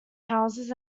houses